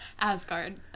Asgard